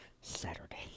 Saturday